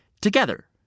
Together